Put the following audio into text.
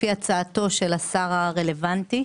לפי הצעתו של השר הרלוונטי.